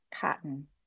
cotton